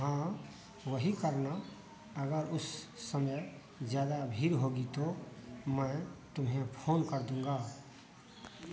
हाँ वही करना अगर उस समय ज़्यादा भीड़ होगी तो मैं तुम्हें फ़ोन कर दूंगा